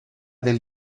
del